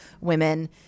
women